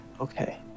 Okay